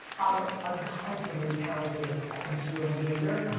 i'm uncomfortably talented at consumer behavior.